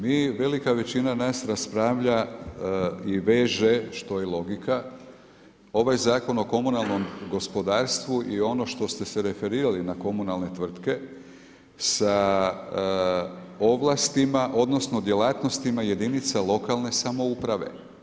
Mi velika većina nas raspravlja i veže što je i logika ovaj Zakon o komunalnom gospodarstvu i ono što ste se referirali na komunalne tvrtke sa ovlastima, odnosno djelatnostima jedinica lokalne samouprave.